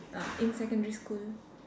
uh in secondary school